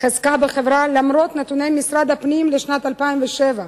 חזקה בחברה, למרות נתוני משרד הפנים לשנת 2007,